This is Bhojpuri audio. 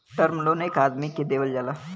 टर्म लोन एक आदमी के देवल जाला